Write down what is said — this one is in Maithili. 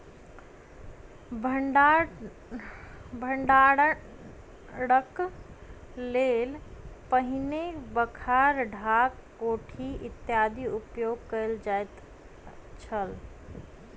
भंडारणक लेल पहिने बखार, ढाक, कोठी इत्यादिक उपयोग कयल जाइत छल